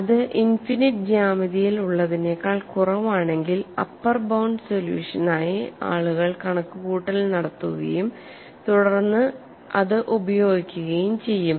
അത് ഇനിഫിനിറ്റ് ജ്യാമിതിയിൽ ഉള്ളതിനേക്കാൾ കുറവാണെങ്കിൽ അപ്പർ ബൌണ്ട് സൊല്യൂഷൻ ആയി ആളുകൾ കണക്കുകൂട്ടൽ നടത്തുകയും തുടർന്ന് അത് ഉപയോഗിക്കുകയും ചെയ്യും